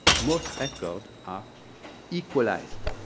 most record are equalized.